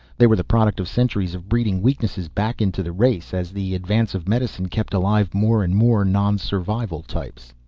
they were the product of centuries of breeding weaknesses back into the race, as the advance of medicine kept alive more and more non-survival types.